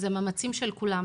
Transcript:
זה מאמצים של כולם,